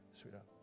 sweetheart